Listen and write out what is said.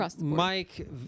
Mike